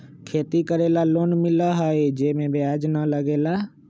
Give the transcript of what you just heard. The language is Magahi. खेती करे ला लोन मिलहई जे में ब्याज न लगेला का?